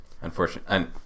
unfortunately